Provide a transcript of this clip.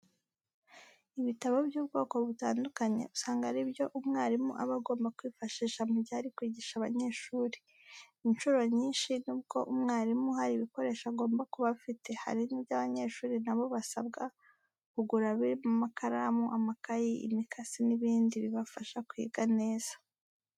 Ibitabo by'ubwoko butandukanye usanga ari byo umwarimu aba agomba kwifashisha mu gihe ari kwigisha abanyeshuri. Incuro nyinshi nubwo umwarimu hari ibikoresho agomba kuba afite hari n'ibyo abanyeshuri na bo basabwa kugura birimo amakaramu, amakayi, imikasi n'ibindi bibafasha kwiga neza.